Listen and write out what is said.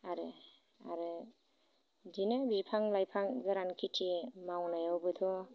आरो आरो इदिनो बिफां लाइफां गोरान खिथि मावनायावबोथ'